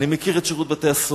אני מכיר את שירות בתי-הסוהר,